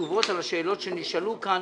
תשובות על השאלות שנשאלו כאן.